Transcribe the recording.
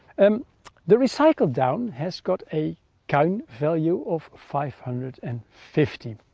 um the recycled down has got a cuin value of five hundred and fifty.